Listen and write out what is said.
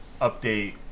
update